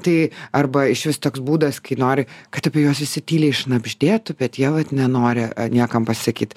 tai arba išvis toks būdas kai nori kad apie juos visi tyliai šnabždėtų bet jie vat nenori niekam pasisakyti